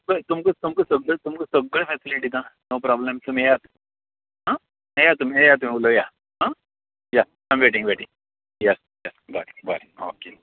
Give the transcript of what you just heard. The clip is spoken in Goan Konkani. हे पळय तुमकां तुमकां सगळें तुमकां सगळें फेसिलीटी दिता नो प्रोबल्म तुमी येयात आं येया तुमी येया तुमी उलया या आय एम वेटिंग वेटिंग येयात बरें बरें ओके ओके ओके